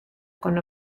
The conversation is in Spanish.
con